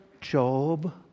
Job